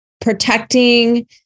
protecting